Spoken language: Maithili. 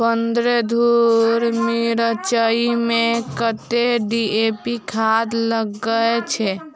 पन्द्रह धूर मिर्चाई मे कत्ते डी.ए.पी खाद लगय छै?